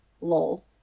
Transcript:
lol